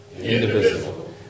indivisible